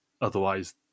otherwise